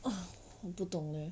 我不懂 leh